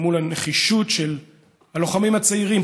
למול הנחישות של הלוחמים הצעירים,